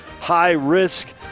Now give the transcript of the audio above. high-risk